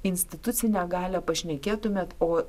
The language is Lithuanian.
institucinę galią pašnekėtumėt o